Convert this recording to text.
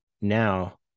now